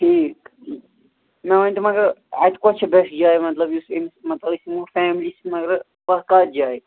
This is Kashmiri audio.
ٹھیٖک مےٚ ؤنۍتو مگر اَتہِ کۄس چھِ بٮ۪سٹ جاے مطلب یُس أمِس مطلب أسۍ یِمو فیملی چھِ مگر کَتھ کَتھ جاے